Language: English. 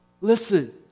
Listen